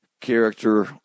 character